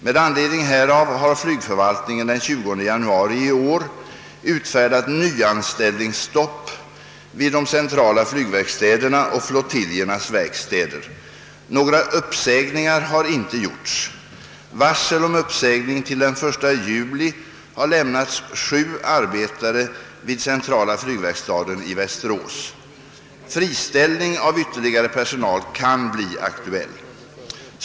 Med anledning härav har flygförvaltningen den 20 januari i år utfärdat nyanställningsstopp vid de centrala flygverkstäderna och flottiljernas verkstäder. Några uppsägningar har inte gjorts. Varsel om uppsägning till den 1 juli har lämnats sju arbetare vid centrala flygverkstaden i Västerås. Friställning av ytterligare personal kan bli aktuell.